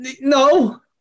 no